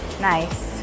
Nice